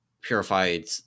purified